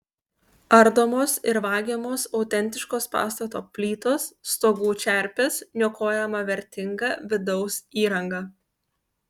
ardomos ir vagiamos autentiškos pastato plytos stogų čerpės niokojama vertinga vidaus įranga